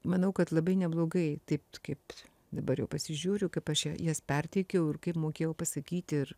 manau kad labai neblogai taip kaip dabar jau pasižiūriu kaip aš ja jas perteikiau ir kaip mokėjau pasakyt ir